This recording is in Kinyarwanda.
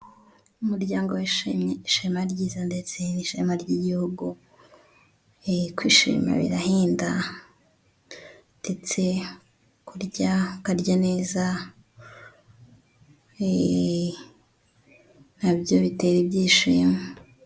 Umuryango wishimye ishema ryiza ndetse n'ishema ry'igihugu, kwishima birahenda ndetse kurya ukarya neza na byo bite ibyishimo.